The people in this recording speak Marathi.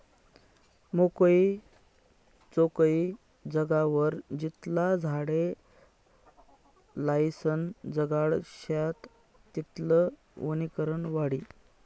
मोकयी चोकयी जागावर जितला झाडे लायीसन जगाडश्यात तितलं वनीकरण वाढी